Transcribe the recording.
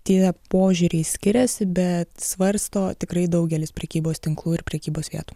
tie požiūriai skiriasi bet svarsto tikrai daugelis prekybos tinklų ir prekybos vietų